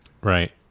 right